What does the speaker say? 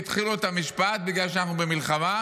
תדחו לי את המשפט בגלל שאנחנו במלחמה,